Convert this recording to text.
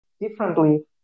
differently